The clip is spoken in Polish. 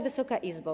Wysoka Izbo!